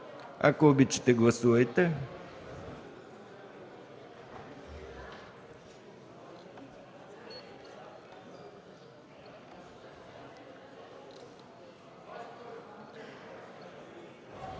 Ако обичате, гласувайте.